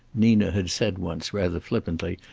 nina had said once, rather flippantly,